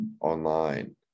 online